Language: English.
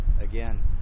again